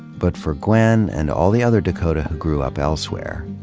but for gwen and all the other dakota who grew up elsewhere,